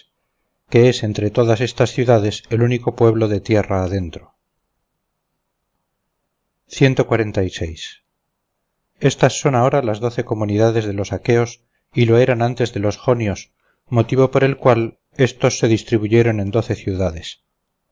que es entre todas estas ciudades el único pueblo de tierra adentro estas son ahora las doce comunidades de los aqueos y lo eran antes de los jonios motivo por el cual éstos se distribuyeron en doce ciudades